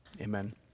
amen